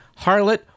harlot